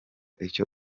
icyo